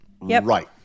Right